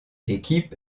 équipe